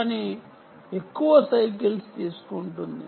కానీ ఎక్కువ సైకిల్స్ తీసుకుంటుంది